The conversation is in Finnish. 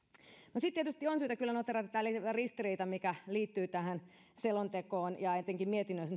sitten tietysti on syytä kyllä noteerata tämä lievä ristiriita mikä liittyy tähän selontekoon ja etenkin mietinnössä